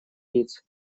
лиц